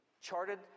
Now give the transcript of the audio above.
charted